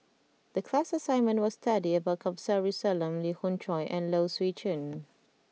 the class assignment was to study about Kamsari Salam Lee Khoon Choy and Low Swee Chen